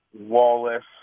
Wallace